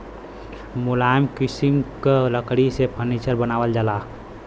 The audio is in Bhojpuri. मुलायम किसिम क लकड़ी से फर्नीचर बनावल जाला